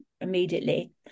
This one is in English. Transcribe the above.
immediately